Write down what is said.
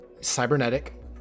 cybernetic